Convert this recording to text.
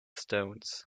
stones